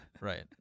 right